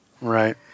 Right